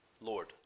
Lord